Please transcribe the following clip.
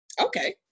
Okay